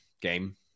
game